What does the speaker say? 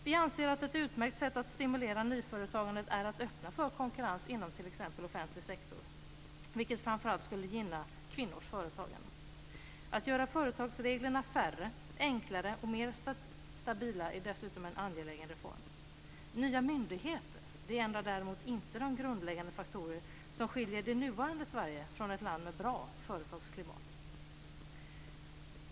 Vi anser att ett utmärkt sätt att stimulera nyföretagandet är att öppna för konkurrens inom t.ex. offentlig sektor, vilket framför allt skulle gynna kvinnors företagande. Att göra företagsreglerna färre, enklare och mer stabila är dessutom en angelägen reform. Nya myndigheter ändrar däremot inte de grundläggande faktorer som skiljer det nuvarande Sverige från ett land med bra företagsklimat.